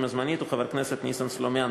הזמנית הוא חבר הכנסת ניסן סלומינסקי.